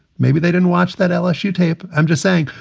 maybe they didn't watch that lsu tape. i'm just saying.